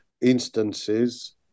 instances